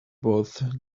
both